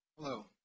Hello